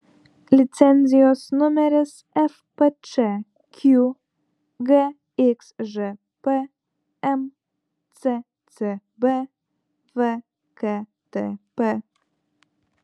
licenzijos numeris fpčq gxžp mccb vktp